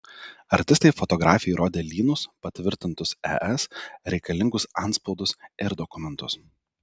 artistai fotografei rodė lynus patvirtintus es reikalingus antspaudus ir dokumentus